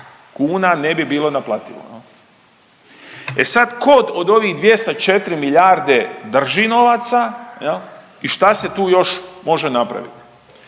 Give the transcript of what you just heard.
kuna ne bi bilo naplativo jel. E sad, ko od ovih 204 milijarde drži novaca jel i šta se tu još može napravit?